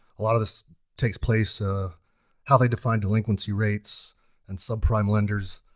a lot of this takes place, ah how they define delinquency rates and subprime lenders.